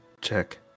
check